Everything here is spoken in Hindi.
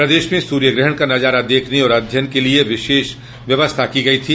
प्रदेश में सूर्यग्रहण का नजारा देखने और अध्ययन के लिए विशेष व्यवस्था की गई थी